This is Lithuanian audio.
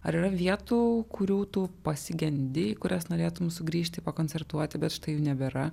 ar yra vietų kurių tu pasigendi į kurias norėtum sugrįžti pakoncertuoti bet štai jų nebėra